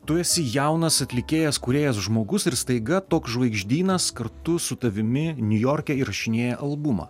tu esi jaunas atlikėjas kūrėjas žmogus ir staiga toks žvaigždynas kartu su tavimi niujorke įrašinėja albumą